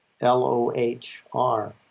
L-O-H-R